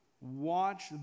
Watch